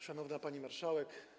Szanowna Pani Marszałek!